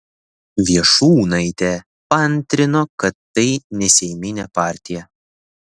viešūnaitė paantrino kad tai neseiminė partija